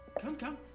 come, come.